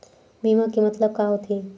बीमा के मतलब का होथे?